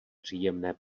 příjemné